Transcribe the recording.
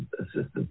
assistance